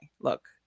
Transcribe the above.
look